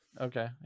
Okay